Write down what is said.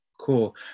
Cool